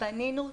בנינו תוכנית,